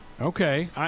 Okay